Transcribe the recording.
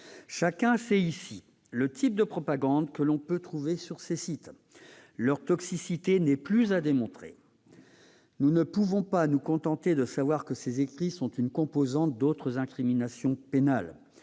Chacun sait ici le type de propagande que l'on peut trouver sur ces sites. Leur toxicité n'est plus à démontrer. Nous ne pouvons pas nous contenter de savoir que ces écrits sont une composante d'autres incriminations pénales